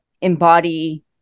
embody